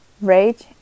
rage